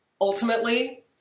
ultimately